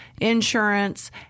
insurance